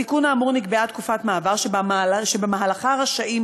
בתיקון האמור נקבעה תקופת מעבר שבמהלכה רשאים